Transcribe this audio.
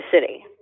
City